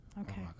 Okay